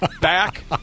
back